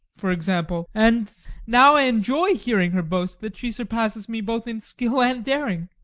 for example, and now i enjoy hearing her boast that she surpasses me both in skill and daring.